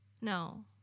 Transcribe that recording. No